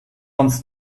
uns